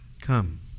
Come